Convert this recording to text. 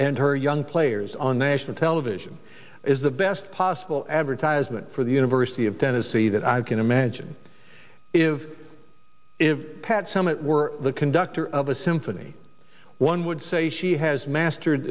and her young players on national television is the best possible advertisement for the university of tennessee that i can imagine if if pat summitt were the conductor of a symphony one would say she has mastered